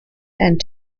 and